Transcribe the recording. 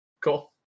cool